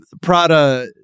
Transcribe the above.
Prada